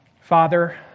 Father